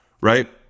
right